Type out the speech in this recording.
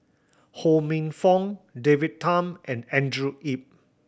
Ho Minfong David Tham and Andrew Yip